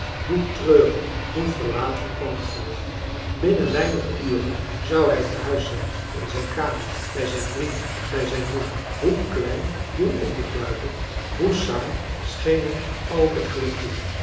hoe treurig hoe verlaten kwam het voor binnen weinige uren zou hij te huis zijn in zijn kamer bij zijn vrienden bij zijn moeder hoe klein hoe onbeduidend hoe saai scheen hem al dat geluk toe